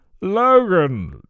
Logan